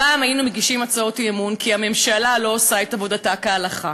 פעם היינו מגישים הצעות אי-אמון כי הממשלה לא עושה את עבודתה כהלכה.